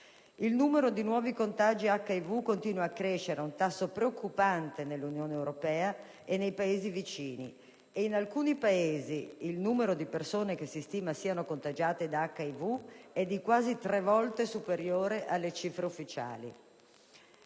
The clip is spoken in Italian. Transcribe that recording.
Il numero di nuovi contagi HIV continua a crescere ad un tasso preoccupante nell'Unione europea e nei Paesi vicini e in alcuni Paesi il numero di persone che si stima siano contagiate dall'HIV è di quasi tre volte superiore alle cifre ufficiali;